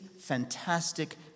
fantastic